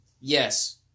Yes